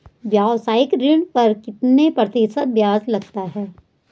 व्यावसायिक ऋण पर कितना प्रतिशत ब्याज लगता है?